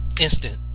instant